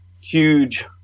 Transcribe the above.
huge